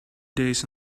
days